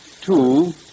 two